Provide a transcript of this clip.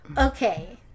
Okay